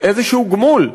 איזה גמול,